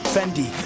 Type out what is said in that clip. Fendi